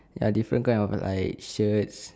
ya different kind of like shirts